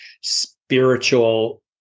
spiritual